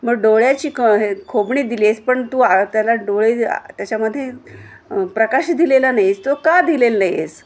मग डोळ्याची क हे खोबणी दिली आहेस पण तू आ त्याला डोळे त्याच्यामध्ये प्रकाश दिलेला नाही आहेस तो का दिलेला नाही आहेस